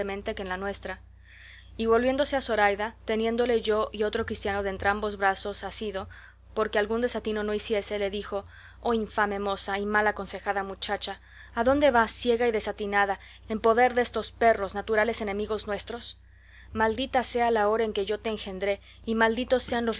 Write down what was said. en la nuestra y volviéndose a zoraida teniéndole yo y otro cristiano de entrambos brazos asido porque algún desatino no hiciese le dijo oh infame moza y mal aconsejada muchacha adónde vas ciega y desatinada en poder destos perros naturales enemigos nuestros maldita sea la hora en que yo te engendré y malditos sean